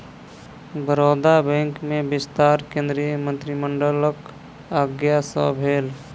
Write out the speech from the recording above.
Baroda bank में विस्तार केंद्रीय मंत्रिमंडलक आज्ञा सँ भेल